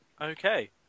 okay